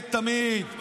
אני אגיד את האמת תמיד.